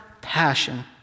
passion